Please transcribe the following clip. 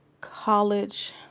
college